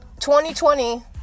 2020